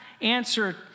answer